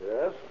Yes